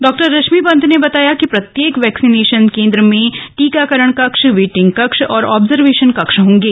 डॉरश्मि पन्त ने बताया कि प्रत्येक वैक्सीनेशन केंद्र में टीकाकरण कक्ष वेटिंग कक्ष और ऑब्जर्येशन कक्ष होंगे